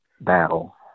battle